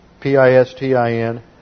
P-I-S-T-I-N